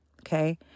okay